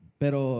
pero